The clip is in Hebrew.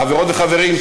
חברות וחברים,